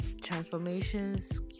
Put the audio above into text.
Transformations